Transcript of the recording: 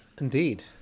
indeed